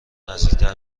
نزدیکتر